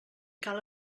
cal